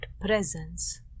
presence